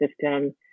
system